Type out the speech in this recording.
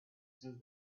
since